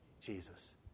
Jesus